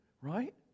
right